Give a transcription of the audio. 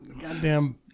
Goddamn